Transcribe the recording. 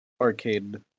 arcade